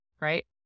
right